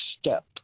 step